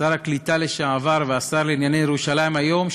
העלייה והקליטה לשעבר והשר לענייני ירושלים היום,